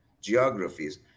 geographies